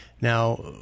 now